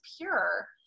pure